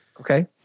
Okay